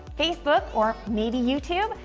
facebook, or maybe youtube?